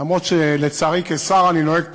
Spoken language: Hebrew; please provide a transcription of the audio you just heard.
אף שלצערי, כשר אני נוהג פחות,